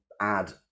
add